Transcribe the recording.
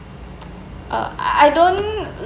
uh I don't